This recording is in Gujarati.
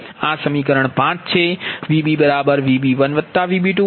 આ સમીકરણ 5 છે